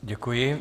Děkuji.